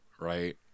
right